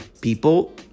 people